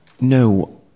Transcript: No